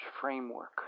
framework